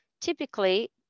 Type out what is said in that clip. typically